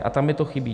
A tam mi to chybí.